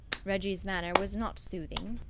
reggie's manner was not soothing,